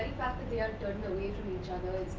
fact that they are turn away from each other, it